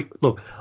look